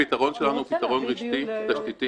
הפתרון שלנו הוא פתרון רשתי, הוא תשתיתי.